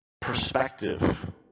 perspective